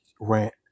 rant